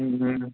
Om Om